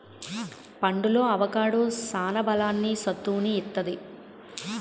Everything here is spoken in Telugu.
పండులో అవొకాడో సాన బలాన్ని, సత్తువును ఇత్తది